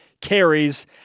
carries